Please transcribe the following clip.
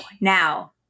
Now